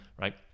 right